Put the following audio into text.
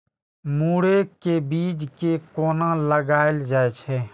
मुरे के बीज कै कोना लगायल जाय?